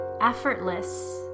effortless